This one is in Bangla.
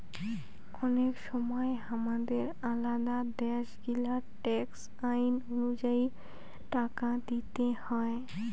অনেক সময় হামাদের আলাদা দ্যাশ গিলার ট্যাক্স আইন অনুযায়ী টাকা দিতে হউ